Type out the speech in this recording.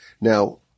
Now